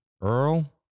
Earl